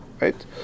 right